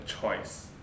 choice